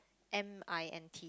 M_I_N_T